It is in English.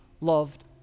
loved